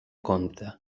compte